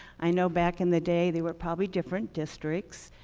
i know back in the day they were probably different districts.